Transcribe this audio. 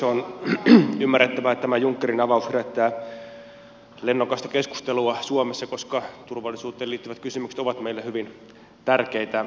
on ymmärrettävää että tämä junckerin avaus herättää lennokasta keskustelua suomessa koska turvallisuuteen liittyvät kysymykset ovat meille hyvin tärkeitä asioita